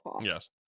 yes